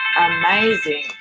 amazing